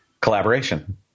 Collaboration